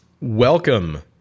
Welcome